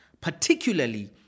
particularly